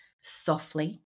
softly